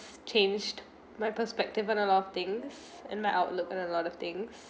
changed my perspective on a lot of things and my outlook on a lot of things